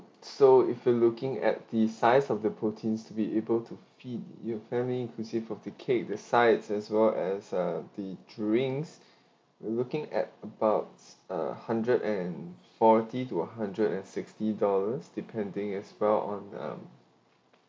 so if you're looking at the size of the proteins to be able to feed your family inclusive of the cake the sizes as well as uh the drinks looking at about a hundred and forty to hundred and sixty dollars depending as well on um